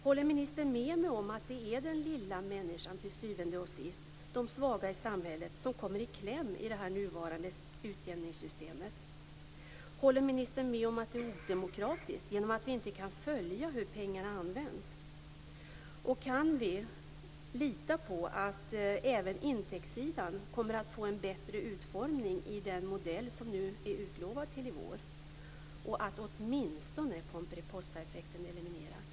Håller ministern med mig om att det till syvende och sist är de små människorna, de svaga i samhället, som kommer i kläm i det nuvarande utjämningssystemet? Håller ministern med om att det är odemokratiskt, genom att vi inte kan följa hur pengarna används? Kan vi lita på att även intäktssidan kommer att få en bättre utformning i den modell som nu är utlovad till i vår och att åtminstone Pomperipossaeffekten elimineras?